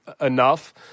enough